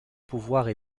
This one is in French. pouvoirs